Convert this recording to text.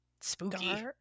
spooky